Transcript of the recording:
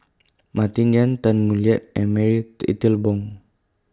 Martin Yan Tan Boo Liat and Marie Italy Bong